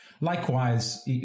Likewise